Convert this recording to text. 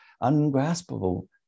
ungraspable